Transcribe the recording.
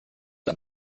der